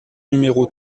numéro